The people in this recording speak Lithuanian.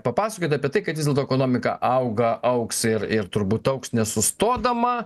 papasakojot apie tai kad vis dėlto ekonomika auga augs ir ir turbūt augs nesustodama